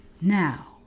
Now